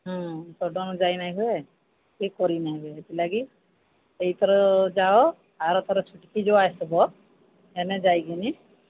ହଁ ସଡ଼ନ୍ ଯାଇ ନହିଁ ହୁଏ କିଏ କରି ନାଇଁ ହୁଏ ସେଥିଲାଗି ଏଇଥର ଯାଅ ଆରଥର ଛୁଟିକି ଯ ଆସିବ ହେନେ ଯାଇକିନି